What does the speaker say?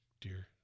dear